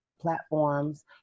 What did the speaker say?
platforms